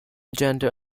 agenda